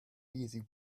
easy